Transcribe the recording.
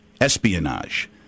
espionage